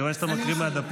אני רואה שאתה מקריא מהדפים.